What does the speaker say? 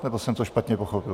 Nebo jsem to špatně pochopil?